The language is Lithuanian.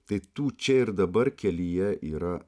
tai tų čia ir dabar kelyje yra